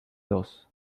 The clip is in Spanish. dos